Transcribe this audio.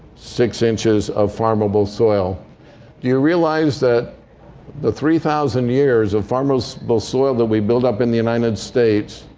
six inches of farmable soil. do you realize that the three thousand years of farmable so but soil that we've built up in the united states,